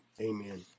Amen